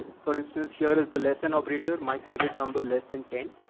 for instance, here is the less than operator, my favorite number less than ten.